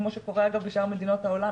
כמו שקורה אגב בשאר מדינות העולם,